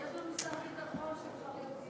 יש לנו שר ביטחון שכבר יודעים.